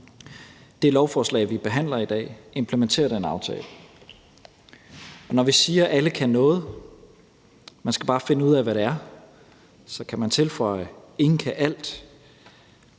Det lovforslag, vi behandler her i dag, implementerer den aftale. Og når vi siger, at alle kan noget, og at man bare skal finde ud af, hvad det er, så kan man tilføje: Ingen kan alt.